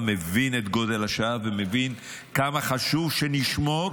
מבין את גודל השעה ומבין כמה חשוב שנשמור